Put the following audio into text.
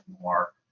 more